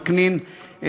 וקנין,